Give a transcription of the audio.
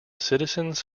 citizens